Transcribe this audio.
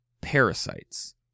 parasites